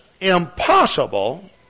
impossible